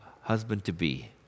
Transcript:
husband-to-be